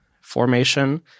formation